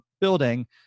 building